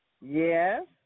Yes